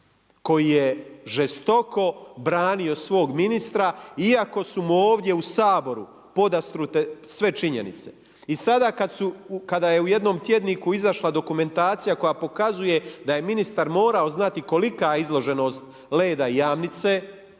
koji je žestoko branio svog ministra, iako su mu ovdje u Saboru podastrte sve činjenice. I sada kada je u jednom tjedniku izašla dokumentacija koja pokazuje da je ministar morao znati kolika je izloženost Leda i Jamnice,